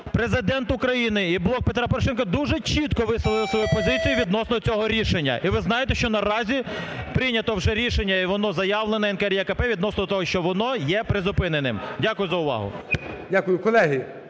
Президент України і "Блок Петра Порошенка" дуже чітко висловив свою позицію відносно цього рішення. І ви знаєте, що наразі прийнято вже рішення, і воно заявлене НКРЕКП відносно того, що воно є призупиненим. Дякую за увагу.